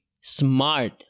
smart